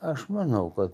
aš manau kad